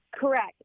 Correct